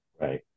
Right